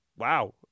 Wow